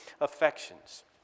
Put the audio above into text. affections